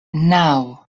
naŭ